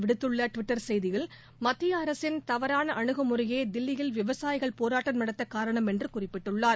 விடுத்தள்ளட்விட்டர் செய்தியில் இதுகுறித்துஅவர் மத்தியஅரசின் தவறானஅனுகுமுறையேதில்லியில் விவசாயிகள் போராட்டம் நடத்தகாரணம் என்றுகுறிப்பிட்டுள்ளார்